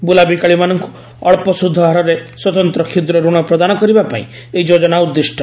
ବୁଲାବିକାଳିମାନଙ୍କୁ ଅଞ୍ଚ ସୁଧ ହାରରେ ସ୍ୱତନ୍ତ୍ର କ୍ଷୁଦ୍ର ରଣ ପ୍ରଦାନ କରିବାପାଇଁ ଏହି ଯୋଜନା ଉଦ୍ଦିଷ୍ଟ